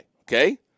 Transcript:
Okay